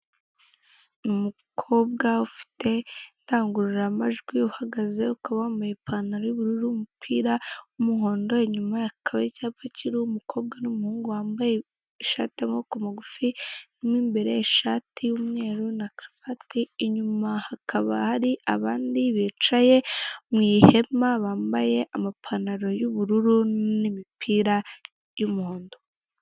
Umukobwa ufite indangururamajwi, uhagaze akaba yambaye ipantaro y'ubururu, umupira w'umuhondo, inyuma hakaba hari icyapa kiriho umukobwa n'umuhungu wambaye ishati y'amaboko magufi, mw'imbere ishati y'umweru na karovati, inyuma hakaba hari abandi bicaye mw'ihema bambaye amapantaro y'ubururu n'imipira y'umuhondo.